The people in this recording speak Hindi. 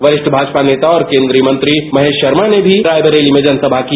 वरिष्ठ भाजपा नेता और केन्द्रीय मंत्री महेरा शर्मा ने भी रायबरेली में जनसभा की